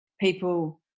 people